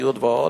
בסיעוד ועוד,